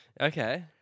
Okay